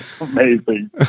amazing